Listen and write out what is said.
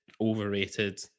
overrated